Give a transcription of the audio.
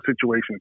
situation